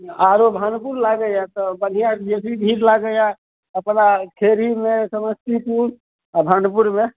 आरो भरपूर लागयै तऽ बढ़िआँ बेसी भीड़ लागैय अपना खेरीमे समस्तीपुर आओर भाण्डपुरमे